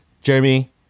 Jeremy